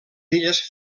illes